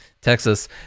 Texas